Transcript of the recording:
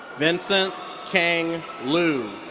vincent khang luu.